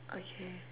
okay